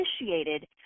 initiated